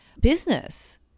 business